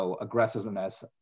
aggressiveness